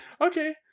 okay